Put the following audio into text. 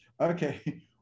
okay